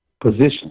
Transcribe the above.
position